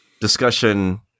discussion